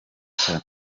cya